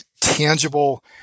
tangible